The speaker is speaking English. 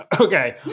Okay